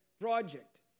project